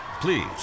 Please